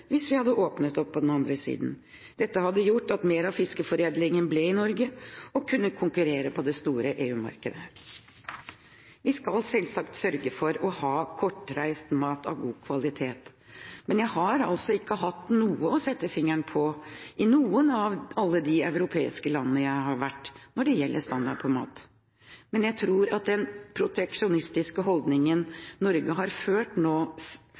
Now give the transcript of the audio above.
hvis vi åpner opp. Dette ville gjort at mer av fiskeforedlingen ble i Norge, og kunne konkurrere på det store EU-markedet. Vi skal selvsagt sørge for å ha kortreist mat av god kvalitet. Men jeg har ikke hatt noe å sette fingeren på i noen av alle de europeiske landene jeg har vært når det gjelder standarden på mat. Jeg tror at den proteksjonistiske holdningen Norge har ført nå,